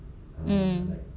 mm